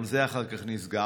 וגם זה אחר כך נסגר.